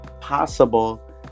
possible